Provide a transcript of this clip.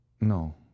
No